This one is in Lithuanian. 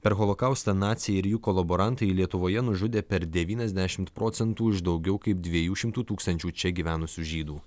per holokaustą naciai ir jų kolaborantai lietuvoje nužudė per devyniasdešimt procentų iš daugiau kaip dviejų šimtų tūkstančių čia gyvenusių žydų